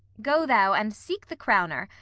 go thou and seek the crowner,